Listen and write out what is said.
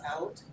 out